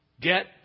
Get